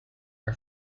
are